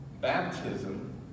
Baptism